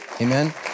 amen